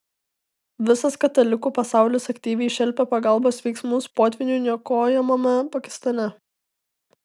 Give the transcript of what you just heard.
visas katalikų pasaulis aktyviai šelpia pagalbos veiksmus potvynių niokojamame pakistane